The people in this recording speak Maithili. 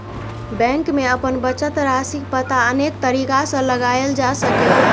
बैंक मे अपन बचत राशिक पता अनेक तरीका सं लगाएल जा सकैए